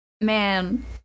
Man